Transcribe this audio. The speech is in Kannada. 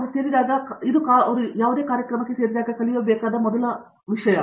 ಸತ್ಯನಾರಾಯಣ ಎನ್ ಗುಮ್ಮಡಿ ಆದ್ದರಿಂದ ಅವರು ಸೇರಿದಾಗ ಈ ಕಾರ್ಯಕ್ರಮದಲ್ಲಿ ಅವರು ಕಲಿಯಬೇಕಾದ ಮೊದಲ ವಿಷಯವೇ ಆಗಿದೆ